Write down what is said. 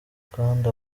kandi